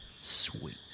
sweet